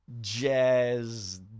jazz